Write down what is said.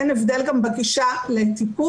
אין הבדל גם בגישה לטיפול,